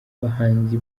bahanzi